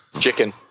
chicken